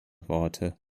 worte